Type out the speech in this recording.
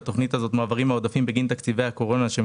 בתוכנית הזאת מועברים העודפים בגין תקציבי הקורונה שהם